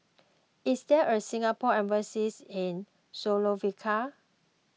is there a Singapore Embassy in Slovakia